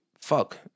fuck